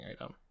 item